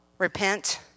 Repent